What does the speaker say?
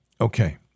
Okay